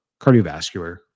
cardiovascular